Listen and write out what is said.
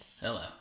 Hello